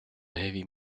heavy